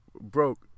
broke